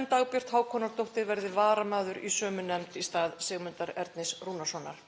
en Dagbjört Hákonardóttir verði varamaður í sömu nefnd í stað Sigmundar Ernis Rúnarssonar.